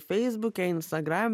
feisbuke instagram